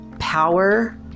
Power